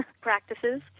practices